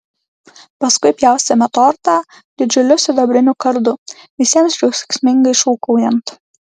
paskui pjaustėme tortą didžiuliu sidabriniu kardu visiems džiaugsmingai šūkaujant